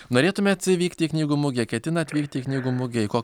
norėtumėt vykti į knygų mugę ketinat atvykti į knygų mugę į ko